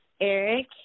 Eric